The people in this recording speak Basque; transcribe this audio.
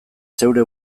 zeure